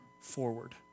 forward